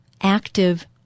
active